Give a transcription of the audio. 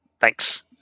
Thanks